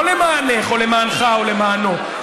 לא למענֵך או למענךָ או למענו,